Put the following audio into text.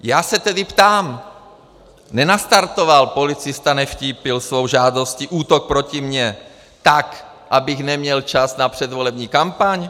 Já se tedy ptám: Nenastartoval policista Nevtípil svou žádostí útok proti mně tak, abych neměl čas na předvolební kampaň?